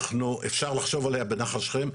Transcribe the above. אפשר לחשוב על התכנית הזו בנחל שכם,